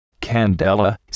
Candela